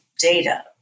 data